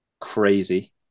crazy